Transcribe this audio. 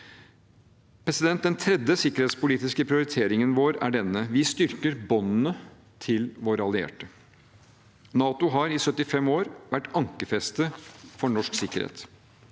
ansvar. Den tredje sikkerhetspolitiske prioriteringen vår er denne: Vi styrker båndene til våre allierte. NATO har i 75 år vært ankerfestet for norsk sikkerhet.